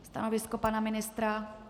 Stanovisko pana ministra?